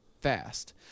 fast